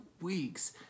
weeks